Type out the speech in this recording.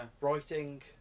writing